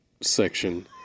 section